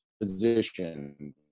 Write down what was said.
Position